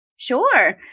Sure